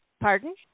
Pardon